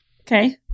Okay